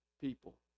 people